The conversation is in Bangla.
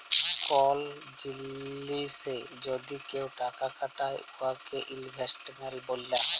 কল জিলিসে যদি কেউ টাকা খাটায় উয়াকে ইলভেস্টমেল্ট ব্যলা হ্যয়